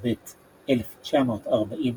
תש"ב 1942,